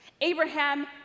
Abraham